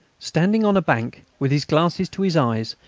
standing on a bank, with his glasses to his eyes,